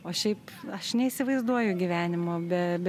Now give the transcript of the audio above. o šiaip aš neįsivaizduoju gyvenimo be be